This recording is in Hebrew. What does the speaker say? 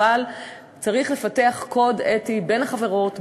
אבל צריך לפתח קוד אתי בין החברות,